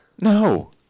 No